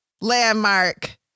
landmark